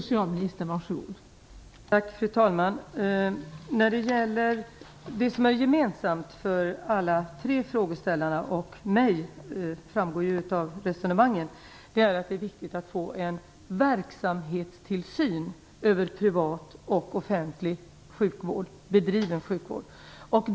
Fru talman! Det som är gemensamt för alla tre frågeställarna och mig framgår ju av resonemangen. Det är viktigt att få en verksamhetstillsyn över privat och offentligt bedriven sjukvård.